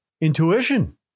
intuition